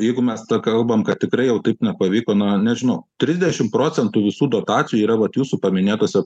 jeigu mes tą kalbam kad tikrai jau taip nepavyko na nežinau trisdešimt procentų visų dotacijų yra vat jūsų paminėtose